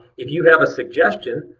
if you have a suggestion,